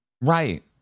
Right